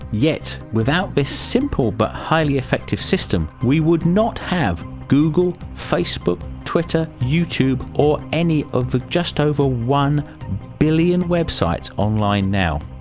yet without this simple but highly effective system we would not have google, facebook, twitter, youtube or any of the just over one billion websites online now.